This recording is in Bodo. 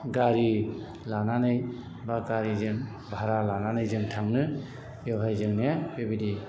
गारि लानानै बा गारिजों भारा लानानै जों थांनो बेवहाय जोंनो बेबायदि